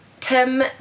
Tim